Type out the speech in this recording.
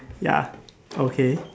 ya okay